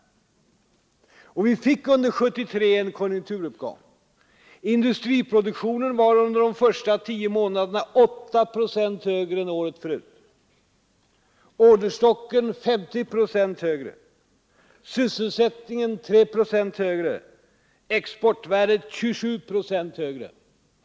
Och vi fick en konjukturuppgång under 1973. Industriproduktionen var under de första tio månaderna 8 procent högre än året förut, orderstocken var 50 procent högre, sysselsättningen var 3 procent högre, exportvärdet var 27 procent högre.